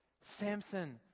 samson